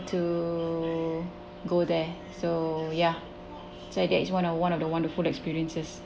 to go there so ya so that is one of one of the wonderful experiences